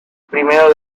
primero